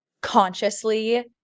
consciously